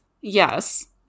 Yes